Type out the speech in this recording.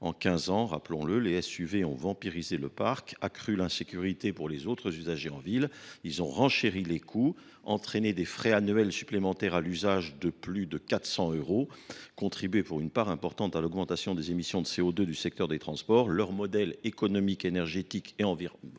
En quinze ans, rappelons le, les SUV ont « vampirisé » le parc et accru l’insécurité pour les autres usagers en ville. Ils ont renchéri les coûts, entraîné des frais annuels supplémentaires à l’usage de plus de 400 euros et contribué, pour une part importante, à l’augmentation des émissions de CO2 du secteur des transports. Leur modèle économique, énergétique et environnemental